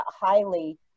highly